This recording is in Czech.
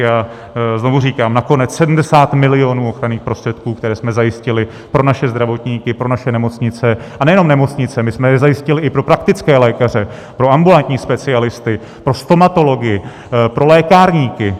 A znovu říkám, nakonec 70 mil. ochranných prostředků, které jsme zajistili pro naše zdravotníky, pro naše nemocnice, a nejenom nemocnice, my jsme je zajistili i pro praktické lékaře, pro ambulantní specialisty, pro stomatology, pro lékárníky.